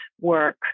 work